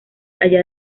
allá